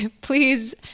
please